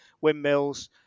windmills